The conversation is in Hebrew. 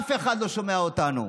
אף אחד לא שומע אותנו,